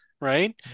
Right